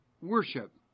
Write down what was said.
worship